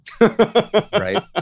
Right